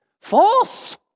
False